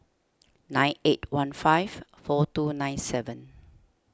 nine eight one five four two nine seven